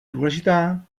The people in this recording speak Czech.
důležitá